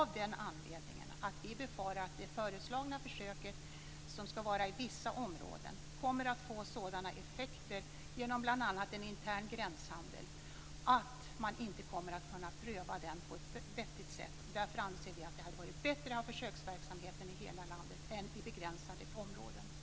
Vi befarar att det föreslagna försöket i vissa områden kommer att få sådana effekter på grund av intern gränshandel att det inte går att utvärdera försöket på ett vettigt sätt. Därför anser jag att det är bättre att ha försöksverksamheten i hela landet än i begränsade områden.